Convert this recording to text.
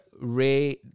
ray